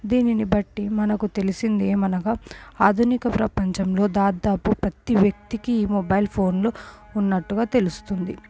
దీనిని బట్టి మనకు తెలిసింది ఏమనగా ఆధునిక ప్రపంచంలో దాదాపు ప్రతి వ్యక్తికి ఈ మొబైల్ ఫోన్లు ఉన్నట్టుగా తెలుస్తుంది